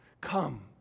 Come